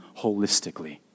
holistically